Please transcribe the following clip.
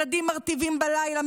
ילדים מרטיבים בלילה,